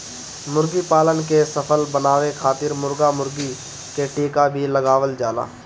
मुर्गीपालन के सफल बनावे खातिर मुर्गा मुर्गी के टीका भी लगावल जाला